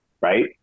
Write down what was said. right